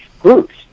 groups